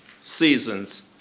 seasons